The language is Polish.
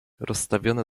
rozstawione